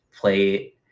play